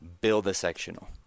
Build-A-Sectional